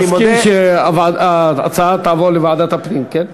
אתה מסכים שההצעה תעבור לוועדת הפנים, כן?